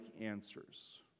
answers